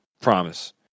promise